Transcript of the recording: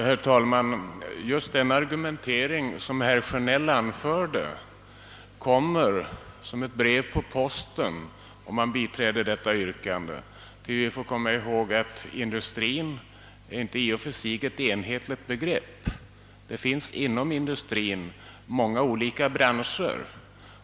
Herr talman! Just den argumentering som herr Sjönell förde kommer som ett brev på posten om man biträder hans yrkande. Vi bör nämligen komma ihåg att industrin inte i och för sig är ett enhetligt begrepp utan inrymmer många olika branscher.